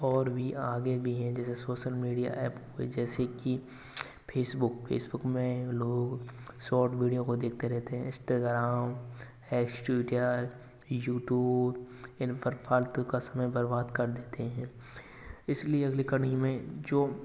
और भी आगे भी है जैसे सोशल मीडिया एप हुई जैसे कि फेसबुक फेसबुक में लोग शॉर्ट वीडियो को देखते रहते हैं इंस्टाग्राम है ट्यूटर यूट्यूब इन पर फालतू का समय बर्बाद कर देते हैं इसलिए अगली कड़ी में जो